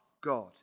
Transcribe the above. God